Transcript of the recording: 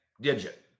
digit